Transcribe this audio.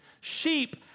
Sheep